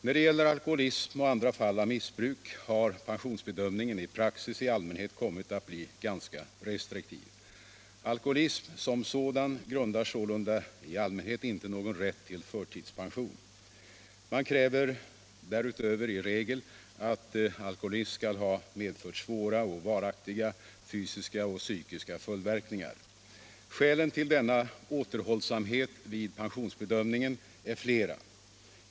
När det gäller alkoholism och andra fall av missbruk har pensionsbedömningen i praxis i allmänhet kommit att bli ganska restriktiv. Alkoholism som sådan grundar sålunda i allmänhet inte någon rätt till förtidspension. Man kräver därutöver i regel att alkoholismen skall ha medfört svåra och varaktiga fysiska och psykiska följdverkningar. Skälen till denna återhållsamhet vid pensionsbedömningen är flera.